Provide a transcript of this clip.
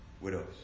Widows